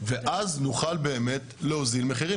ואז נוכל באמת להוזיל מחירים.